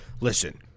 Listen